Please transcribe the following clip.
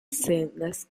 sendas